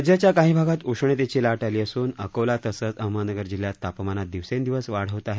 राज्याच्या काही भागात उष्णतेची लाट आली असून अकोला तसंच अहमदनगर जिल्ह्यात तापमानात दिवसेंदिवस वाढ होत आहे